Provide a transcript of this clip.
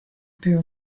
per